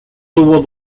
tuvo